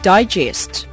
Digest